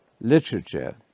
literature